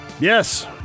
Yes